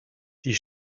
die